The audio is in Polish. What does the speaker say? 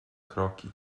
kroki